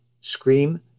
Scream